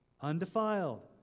undefiled